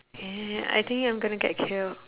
eh I think I'm gonna get killed